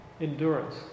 Endurance